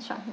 instructor